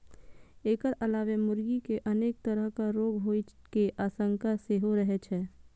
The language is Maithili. एकर अलावे मुर्गी कें अनेक तरहक रोग होइ के आशंका सेहो रहै छै